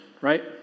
right